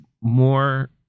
more